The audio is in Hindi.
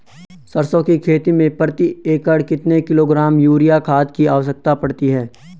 सरसों की खेती में प्रति एकड़ कितने किलोग्राम यूरिया खाद की आवश्यकता पड़ती है?